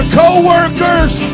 co-workers